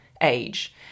age